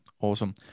Awesome